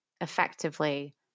effectively